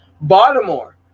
Baltimore